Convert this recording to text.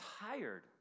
tired